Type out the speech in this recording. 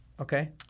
Okay